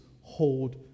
hold